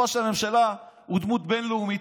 ראש הממשלה הוא דמות בין-לאומית,